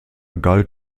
galt